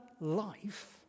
life